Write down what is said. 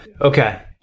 okay